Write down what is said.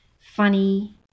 funny